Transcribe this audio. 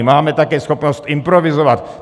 Máme také schopnost improvizovat.